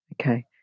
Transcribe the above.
okay